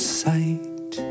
sight